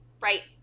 Right